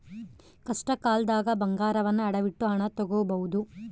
ಕಷ್ಟಕಾಲ್ದಗ ಬಂಗಾರವನ್ನ ಅಡವಿಟ್ಟು ಹಣ ತೊಗೋಬಹುದು